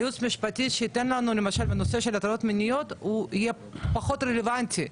הייעוץ המשפטי שעוסק בנושא של הטרדות מיניות יהיה פחות רלוונטי,